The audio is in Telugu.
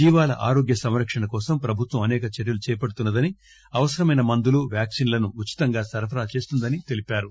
జీవాల ఆరోగ్య సంరక్షణ కోసం ప్రభుత్వం అనేక చర్యలను చేపడుతుందని అవసరమైన మందులు వ్యాక్పిన్ లను ఉచితంగా సరఫరా చేస్తుందని తెలిపారు